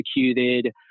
executed